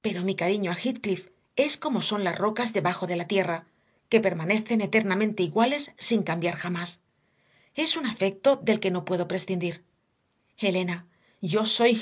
pero mi cariño a heathcliff es como son las rocas de debajo de la tierra que permanecen eternamente iguales sin cambiar jamás es un afecto del que no puedo prescindir elena yo soy